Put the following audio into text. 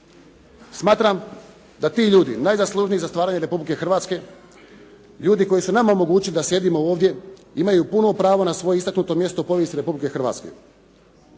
Smatram da ti ljudi, najzaslužniji za stvaranje Republike Hrvatske, ljudi koji su nama omogućili da sjedimo ovdje imaju puno pravo na svoje istaknuto mjesto u povijesti Republike Hrvatske.